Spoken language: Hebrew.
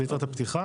זה ייתרת הפתיחה,